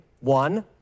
one